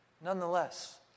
nonetheless